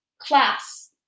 class